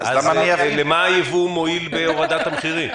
אז איך הייבוא מועיל בהורדת המחירים?